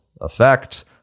effect